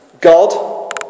God